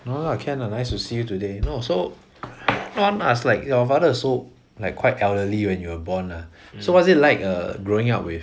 no lah can ah nice to see you today no so I want to ask like your father was also like quite elderly when you were born lah so what was it like growing up with